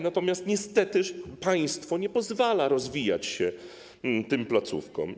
Natomiast niestety państwo nie pozwala rozwijać się tym placówkom.